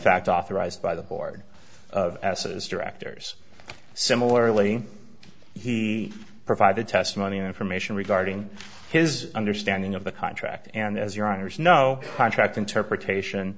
fact authorized by the board of s s directors similarly he provided testimony and information regarding his understanding of the contract and as your honour's no contract interpretation